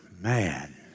man